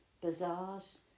bazaars